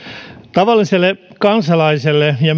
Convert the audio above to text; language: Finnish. tavalliselle kansalaiselle ja